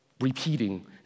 repeating